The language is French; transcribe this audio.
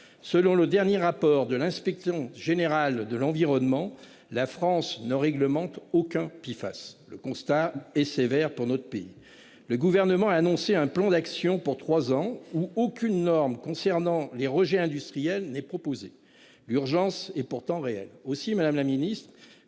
Selon le dernier rapport de l'Inspection générale de l'environnement, la France ne réglemente aucun puis face. Le constat est sévère pour notre pays. Le gouvernement a annoncé un plan d'action pour 3 ans où aucune norme concernant les rejets industriels n'est proposé. L'urgence est pourtant réelle aussi Madame la Ministre